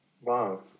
Wow